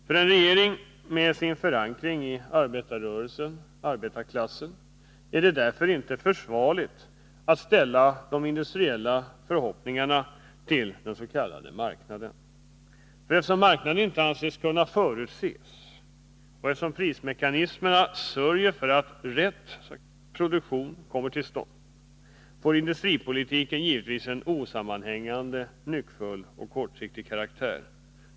För en regering med förankring i arbetarrörelsen och arbetarklassen är det därför inte försvarligt att ställa de industriella förhoppningarna till den s.k. marknaden. Men eftersom marknaden inte anses kunna förutses och eftersom prismekanismerna sörjer för att ”rätt” industriproduktion kommer till stånd, får industripolitiken givetvis en osammanhängande, nyckfull och kortsiktig karaktär.